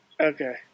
Okay